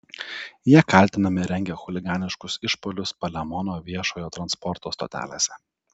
jie kaltinami rengę chuliganiškus išpuolius palemono viešojo transporto stotelėse